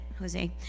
Jose